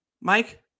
Mike